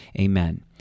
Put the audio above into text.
amen